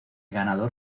ganador